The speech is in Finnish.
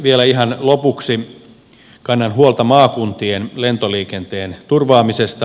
vielä ihan lopuksi kannan huolta maakuntien lentoliikenteen turvaamisesta